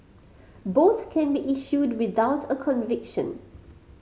both can be issued without a conviction